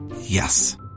Yes